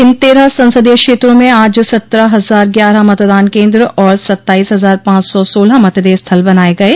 इन तेरह संसदीय क्षेत्रों में आज सत्रह हजार ग्यारह मतदान केन्द्र और सत्ताइस हजार पांच सौ सोलह मतदेय स्थल बनाये गये